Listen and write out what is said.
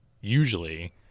usually